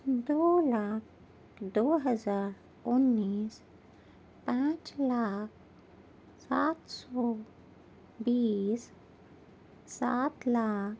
دو لاکھ دو ہزار انیس پانچ لاکھ سات سو بیس سات لاکھ